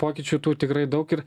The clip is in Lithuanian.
pokyčių tų tikrai daug ir